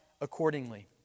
accordingly